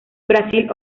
brasil